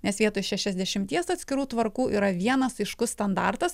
nes vietoj šešiasdešimties atskirų tvarkų yra vienas aiškus standartas